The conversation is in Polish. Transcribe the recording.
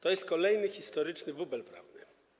To jest kolejny historyczny bubel prawny.